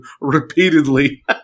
repeatedly